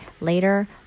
Later